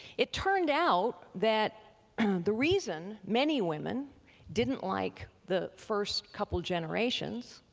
it turned out that the reason many women didn't like the first couple generations,